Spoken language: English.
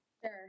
Sure